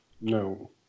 No